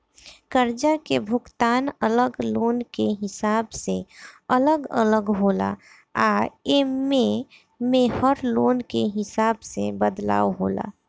कर्जा के भुगतान अलग लोन के हिसाब से अलग अलग होला आ एमे में हर लोन के हिसाब से बदलाव होला